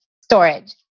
storage